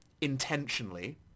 intentionally